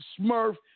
Smurf